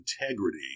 integrity